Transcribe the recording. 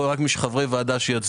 רק מי שהם חברי הוועדה יצביעו.